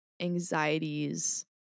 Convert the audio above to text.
anxieties